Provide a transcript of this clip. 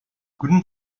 guten